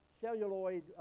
celluloid